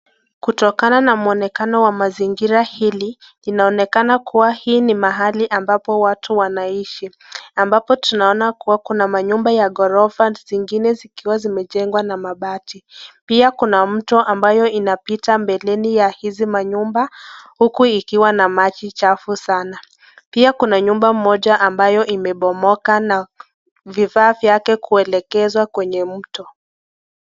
Kutokana na muonekano wa mazingira hili, linaonekana kuwa hii ni mahali ambapo watu wanaishi, ambapo tunaona kuwa kuna manyumba ya ghorofa zingine zikiwa zimejengwa na mabati. Pia kuna mto ambayo inapita mbeleni ya hizi manyumba, huku ikiwa na maji chafu sana. Pia Kuna nyumba moja ambayo imebomoka na vifaa vyake kuelekezwa kwenye mto.